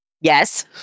yes